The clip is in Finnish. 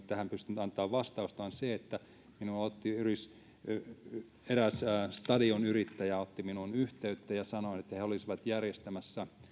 tähän pystynyt antamaan vastausta on se että eräs stadion yrittäjä otti minuun yhteyttä ja sanoi että he olisivat järjestämässä